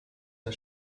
der